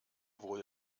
wurde